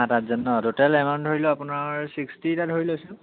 সাত আঠজন ন টোটেল এমাউণ্ট ধৰি লওক আপোনাৰ ছিক্সটিটা ধৰি লৈছোঁ